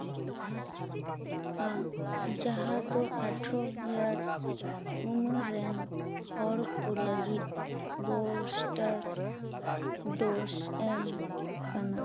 ᱼᱟ ᱡᱟᱦᱟᱸ ᱫᱚ ᱟᱴᱷᱨᱚ ᱤᱭᱟᱨᱥ ᱩᱢᱮᱨ ᱨᱮᱱ ᱦᱚᱲ ᱠᱚ ᱞᱟᱹᱜᱤᱫ ᱵᱩᱥᱴᱟᱨ ᱰᱳᱡᱽ ᱮᱢ ᱠᱟᱱᱟ